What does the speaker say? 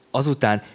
azután